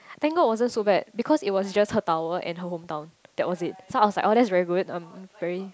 thank god wasn't so bad because it was just her tower and her hometown that was it so I was like oh that's very good I'm very